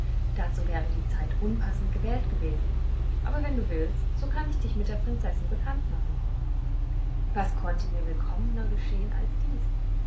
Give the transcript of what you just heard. dazu wäre die zeit unpassend gewählt gewesen aber wenn du willst so kann ich dich mit der prinzessin bekannt machen was konnte mir willkommener geschehen als dies